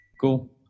cool